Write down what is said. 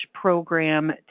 program